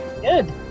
Good